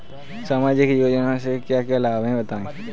सामाजिक योजना से क्या क्या लाभ हैं बताएँ?